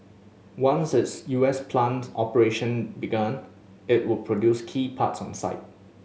once its U S plant operation began it would produce key parts on site